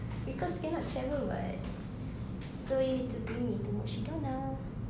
because cannot travel [what] so you need to bring me to mukshidonna